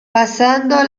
pasando